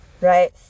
Right